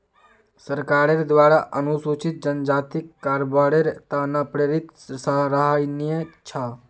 सरकारेर द्वारा अनुसूचित जनजातिक कारोबारेर त न प्रेरित सराहनीय छ